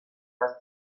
las